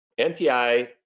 NTI